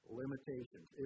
limitations